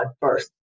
first